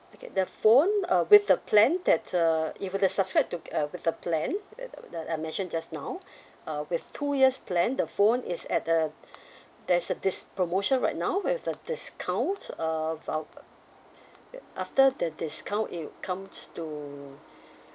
okay the phone uh with the plan that's uh if you were to subscribe to uh with the plan uh I~ I mentioned just now uh with two years plan the phone is at the there's a this promotion right now we have the discount uh vou~ after the discount it would comes to